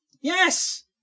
Yes